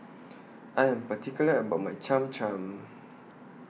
I Am particular about My Cham Cham